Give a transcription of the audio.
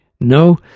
No